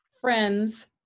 friends